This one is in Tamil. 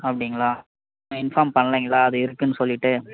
அப்படிங்ளா இன்ஃபார்ம் பண்ணலைங்களா அது இருக்குதுன்னு சொல்லிவிட்டு